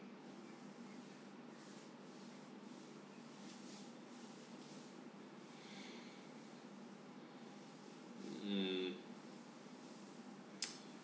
mm